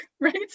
right